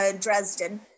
Dresden